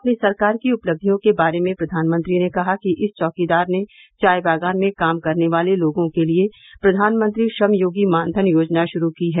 अपनी सरकार की उपलब्धियों के बारे में प्रधानमंत्री ने कहा कि इस चौकीदार ने चाय बागान में काम करने वाले लोगों के लिए प्रधानमंत्री श्रम योगी मानधन योजना शुरू की है